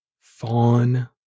fawn